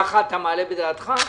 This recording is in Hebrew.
ככה אתה מעלה בדעתך?